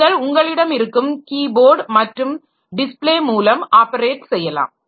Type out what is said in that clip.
நீங்கள் உங்களிடம் இருக்கும் கீ போர்ட் மற்றும் டிஸ்ப்ளே மூலம் ஆப்பரேட் செய்யலாம்